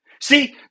See